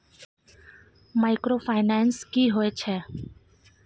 Microfinance की होय छै?